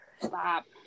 Stop